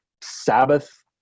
Sabbath